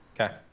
okay